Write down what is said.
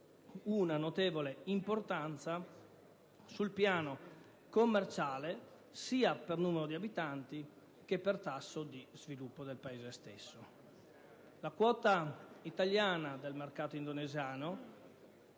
una notevole importanza sul piano commerciale sia per numero di abitanti che per tasso di sviluppo. La quota italiana nel mercato indonesiano